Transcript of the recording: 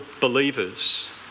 believers